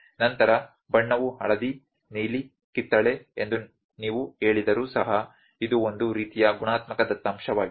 ನಂತರ ಬಣ್ಣವು ಹಳದಿ ನೀಲಿ ಕಿತ್ತಳೆ ಎಂದು ನೀವು ಹೇಳಿದರೂ ಸಹ ಇದು ಒಂದು ರೀತಿಯ ಗುಣಾತ್ಮಕ ದತ್ತಾಂಶವಾಗಿದೆ